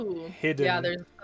hidden